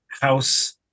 house